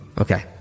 Okay